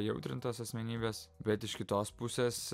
įaudrintos asmenybės bet iš kitos pusės